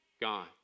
God